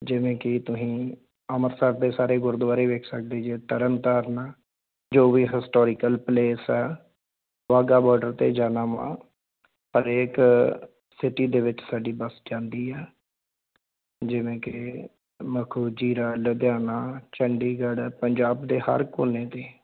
ਜਿਵੇਂ ਕਿ ਤੁਸੀਂ ਅੰਮ੍ਰਿਤਸਰ ਦੇ ਸਾਰੇ ਗੁਰਦੁਆਰੇ ਵੇਖ ਸਕਦੇ ਜੇ ਤਰਨ ਤਾਰਨ ਜੋ ਵੀ ਹਿਸਟੋਰੀਕਲ ਪਲੇਸ ਆ ਵਾਹਗਾ ਬੋਡਰ 'ਤੇ ਜਾਣਾ ਵਾ ਹਰੇਕ ਸਿਟੀ ਦੇ ਵਿੱਚ ਸਾਡੀ ਬੱਸ ਜਾਂਦੀ ਆ ਜਿਵੇਂ ਕਿ ਮਖੂ ਜੀਰਾ ਲੁਧਿਆਣਾ ਚੰਡੀਗੜ੍ਹ ਪੰਜਾਬ ਦੇ ਹਰ ਕੋਨੇ 'ਤੇ